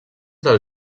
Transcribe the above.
del